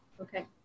Okay